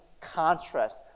contrast